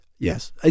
Yes